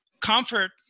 comfort